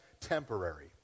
temporary